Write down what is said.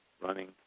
running